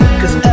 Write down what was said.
cause